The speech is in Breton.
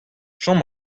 chom